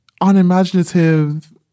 unimaginative